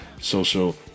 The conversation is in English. social